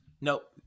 nope